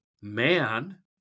man